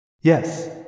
Yes